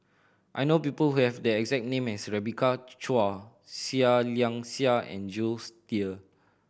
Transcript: I know people who have the exact name as Rebecca Chua Seah Liang Seah and Jules Itier